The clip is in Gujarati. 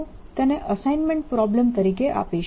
હું તેને અસાઈન્મેન્ટ પ્રોબ્લમ તરીકે આપીશ